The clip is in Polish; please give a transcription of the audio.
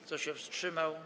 Kto się wstrzymał?